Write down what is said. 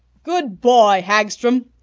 good boy, hagstrom!